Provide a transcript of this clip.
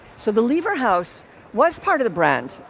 so the lever house was part of the brand.